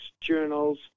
journals